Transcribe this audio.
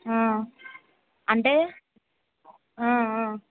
అంటే